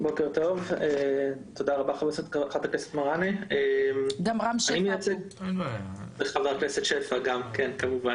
בוקר טוב, תודה רבה חה"כ מראענה וחה"כ שפע גם.